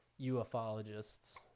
ufologists